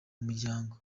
muryango